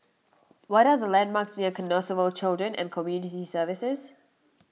what are the landmarks near Canossaville Children and Community Services